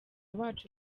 bacu